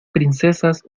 princesas